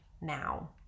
now